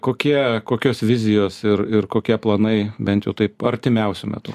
kokie kokios vizijos ir ir kokie planai bent jau taip artimiausiu metu